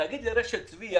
תגיד לרשת צביה